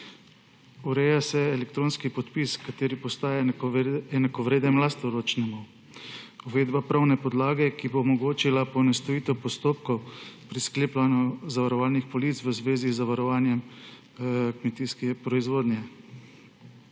Ureja se elektronski podpis, ki postaja enakovreden lastnoročnemu, uvedba pravne podlage, ki bo omogočila poenostavitev postopkov pri sklepanju zavarovalnih polic v zvezi z zavarovanjem kmetijske proizvodnje,